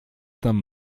tam